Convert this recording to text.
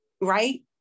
right